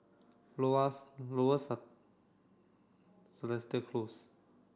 Lower Seletar Close